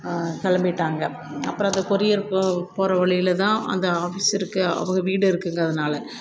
கிளம்பிட்டாங்க அப்புறம் அதை கொரியர் போ போகற வழியில் தான் அந்த ஆஃபீஸ் இருக்கு அவங்க வீடு இருக்குங்கிறதுனால